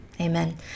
Amen